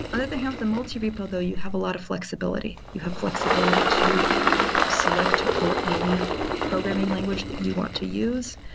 and thing with the multi repo though, you have a lot of flexibility. you have flexibility to select your own programming language that you want to use,